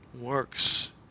works